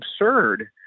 absurd